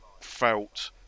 felt